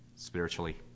Spiritually